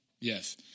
yes